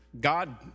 God